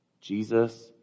Jesus